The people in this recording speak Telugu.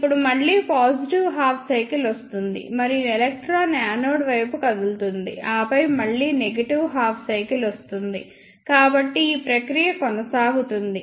ఇప్పుడు మళ్ళీ పాజిటివ్ హాఫ్ సైకిల్ వస్తుంది మరియు ఎలక్ట్రాన్ యానోడ్ వైపు కదులుతుంది ఆపై మళ్ళీ నెగటివ్ హాఫ్ సైకిల్ వస్తుంది కాబట్టి ఈ ప్రక్రియ కొనసాగుతుంది